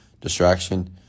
distraction